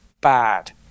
bad